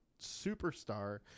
superstar –